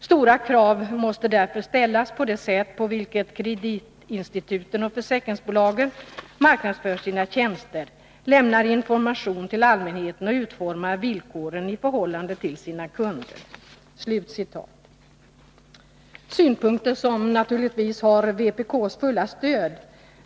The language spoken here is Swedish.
Stora krav måste därför ställas på det sätt på vilket kreditinstituten och försäkringsbolagen marknadsför sina tjänster, lämnar information till allmänheten och utformar villkoren i förhållande till sina kunder.” Dessa synpunkter har vpk:s fulla stöd.